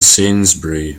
sainsbury